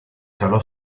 calò